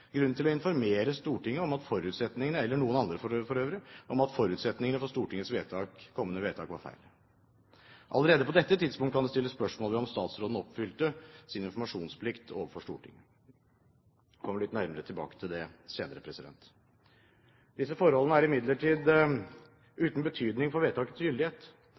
til å informere Stortinget – eller noen andre, for øvrig – om at forutsetningen for Stortingets kommende vedtak var feil. Allerede på dette tidspunkt kan det stilles spørsmål ved om statsråden oppfylte sin informasjonsplikt overfor Stortinget. Jeg kommer litt nærmere tilbake til det senere. Disse forholdene er imidlertid uten betydning for vedtakets gyldighet.